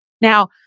Now